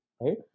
right